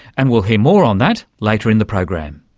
and we'll hear more on that later in the program.